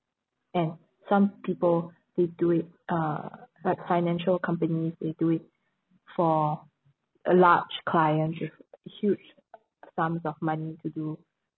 and some people they do it uh like financial companies they do it for a large clients with huge sums of money to do